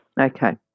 Okay